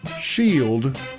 Shield